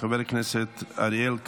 של חבר הכנסת אריאל קלנר,